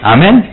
Amen